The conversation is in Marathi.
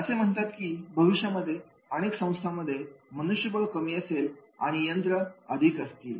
असे म्हणतात कि भविष्यामध्ये अनेक संस्थांमध्ये मनुष्यबळ कमी असेल आणि यंत्र अधिक असतील